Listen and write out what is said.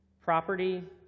property